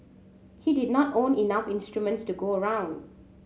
he did not own enough instruments to go around